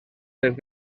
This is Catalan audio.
des